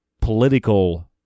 political